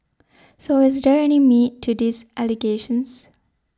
so is there any meat to these allegations